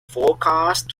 forecast